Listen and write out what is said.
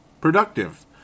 productive